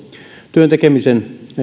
työntekemisen